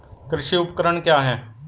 कृषि उपकरण क्या है?